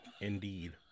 indeed